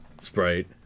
Sprite